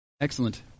excellent